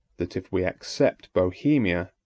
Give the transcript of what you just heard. that if we except bohemia,